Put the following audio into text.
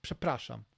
Przepraszam